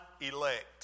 elect